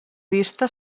vista